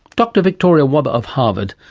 dr victoria wobber of harvard.